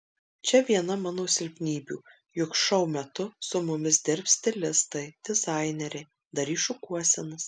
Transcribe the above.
čia viena mano silpnybių juk šou metu su mumis dirbs stilistai dizaineriai darys šukuosenas